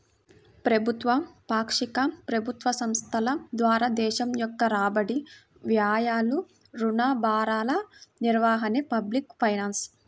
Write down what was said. ప్రభుత్వ, పాక్షిక ప్రభుత్వ సంస్థల ద్వారా దేశం యొక్క రాబడి, వ్యయాలు, రుణ భారాల నిర్వహణే పబ్లిక్ ఫైనాన్స్